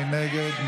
מי נגד?